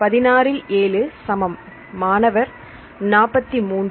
16 ல் 7 சமம் மாணவர் 43